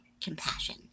compassion